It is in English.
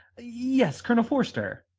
yes, colonel forster.